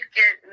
get